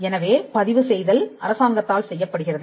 எனவே பதிவு செய்தல் அரசாங்கத்தால் செய்யப்படுகிறது